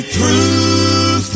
proof